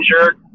injured